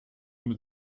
mit